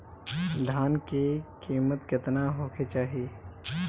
धान के किमत केतना होखे चाही?